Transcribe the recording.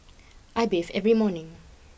I bathe every morning